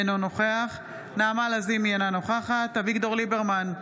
אינו נוכח נעמה לזימי, אינה נוכחת אביגדור ליברמן,